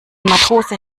matrose